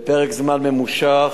לפרק זמן ממושך,